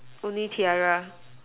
only tiara